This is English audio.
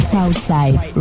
Southside